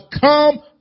come